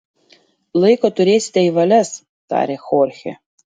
laiko turėsite į valias tarė chorchė